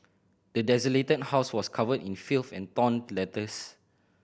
the desolated house was covered in filth and torn letters